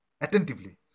attentively